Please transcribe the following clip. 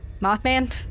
Mothman